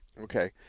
Okay